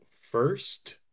first